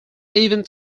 event